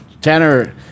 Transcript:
Tanner